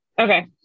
Okay